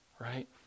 right